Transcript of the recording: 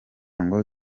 ngo